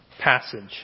passage